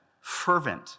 fervent